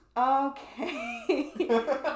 Okay